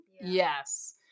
yes